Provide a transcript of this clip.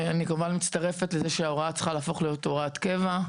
אני כמובן מצטרפת לזה שהוראת השעה צריכה להפוך להוראת קבע.